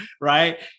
right